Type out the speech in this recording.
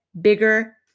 bigger